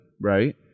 right